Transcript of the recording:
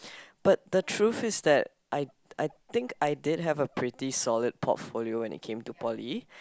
but the truth is that I I think I did have a pretty solid portfolio when it came to poly